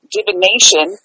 divination